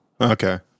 Okay